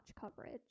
coverage